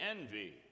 envy